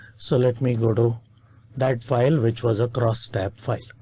so let me go to that file, which was a crosstab file.